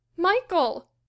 Michael